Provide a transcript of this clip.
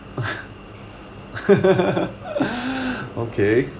okay